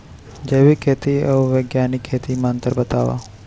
जैविक खेती अऊ बैग्यानिक खेती म अंतर बतावा?